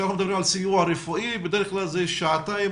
כשאנחנו מדברים על סיוע רפואי בדרך כלל זה אותם שעתיים,